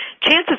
chances